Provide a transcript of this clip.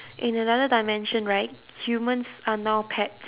in another dimension right humans are now pet